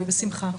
בשמחה.